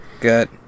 Good